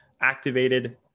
activated